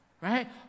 right